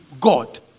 God